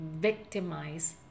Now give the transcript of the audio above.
victimize